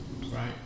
Right